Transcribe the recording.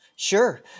Sure